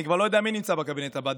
אני כבר לא יודע מי נמצא בקבינט הבא.